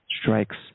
strikes